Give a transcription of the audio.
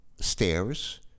stairs